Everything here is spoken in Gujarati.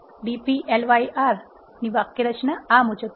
Dplyr ની વાક્યરચના આ મુજબ છે